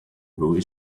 boy